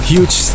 Huge